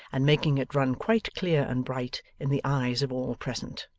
and making it run quite clear and bright in the eyes of all present.